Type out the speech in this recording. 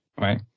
right